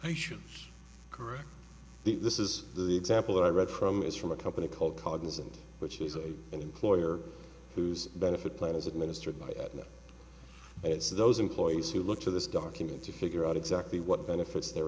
i should correct this is the example that i read from is from a company called cognizant which is an employer whose benefit plan is administered by it's those employees who look to this document to figure out exactly what benefits they